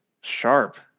sharp